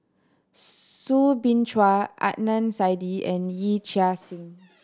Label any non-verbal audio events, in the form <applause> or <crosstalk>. <unintelligible> Soo Bin Chua Adnan Saidi and Yee Chia Hsing